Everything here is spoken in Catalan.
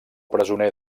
presoner